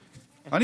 פעולה.